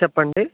చెప్పండి